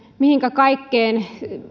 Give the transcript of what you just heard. mihinkä kaikkeen